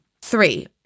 Three